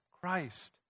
Christ